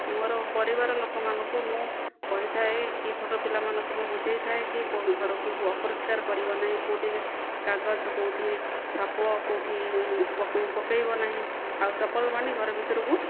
ମୋର ପରିବାର ଲୋକମାନଙ୍କୁ ମୁଁ କହିଥାଏ କି ଛୋଟ ପିଲାମାନଙ୍କୁ ମୁଁ ବୁଝାଇଥାଏ କି ଘରକୁ ଅପରିଷ୍କାର କରିବ ନାହିଁ କେଉଁଠି କାଗଜ କେଉଁଠି ଛେପ କେଉଁଠି ପକାଇବ ନାହିଁ ଆଉ ଚପଲ ମାନି ଘର ଭିତରକୁ